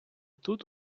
тут